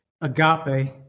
agape